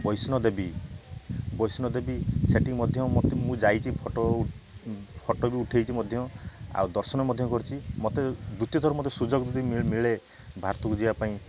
ବୈଷ୍ଣ ଦେବୀ ବୈଷ୍ଣ ଦେବୀ ସେଇଠି ମଧ୍ୟ ମୋତେ ମୁଁ ଯାଇଛି ଫଟୋ ଫଟୋ ବି ଉଠାଇଛି ମଧ୍ୟ ଆଉ ଦର୍ଶନ ମଧ୍ୟ କରିଛି ମତେ ଯେତେଥର ମତେ ସୁଯୋଗ ବି ମିଳେ ଭାରତକୁ ଯିବାପାଇଁ